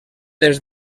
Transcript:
des